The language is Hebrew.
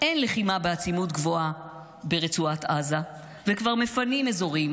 אין לחימה בעצימות גבוהה ברצועת עזה וכבר מפנים אזורים,